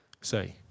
Say